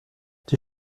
die